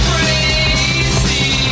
Crazy